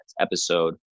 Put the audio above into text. episode